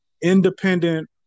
independent